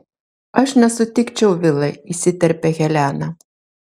aš nesutikčiau vilai įsiterpia helena